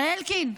הרי אלקין,